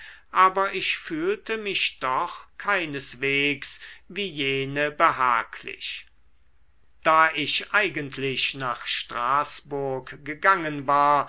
aber ich fühlte mich doch keineswegs wie jene behaglich da ich eigentlich nach straßburg gegangen war